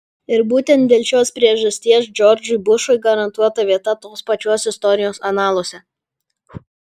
ir būtent dėl šios priežasties džordžui bušui garantuota vieta tos pačios istorijos analuose